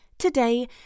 today